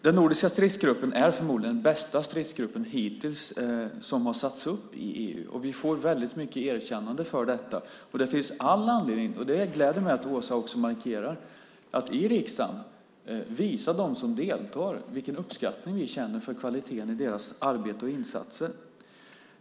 Den nordiska stridsgruppen är förmodligen den hittills bästa stridsgrupp som har satts upp i EU. Vi får väldigt mycket erkännande för detta. Det gläder mig att Åsa också markerar och i riksdagen visar dem som deltar vilken uppskattning vi känner för kvaliteten i deras arbete och insatser.